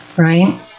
Right